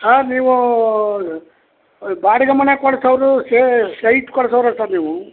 ಹಾಂ ನೀವು ಅ ಬಾಡಿಗೆ ಮನೆ ಕೊಡಿಸೋರು ಸೇ ಸೈಟ್ ಕೊಡಿಸೋರ ಸರ್ ನೀವು